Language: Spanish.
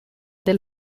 del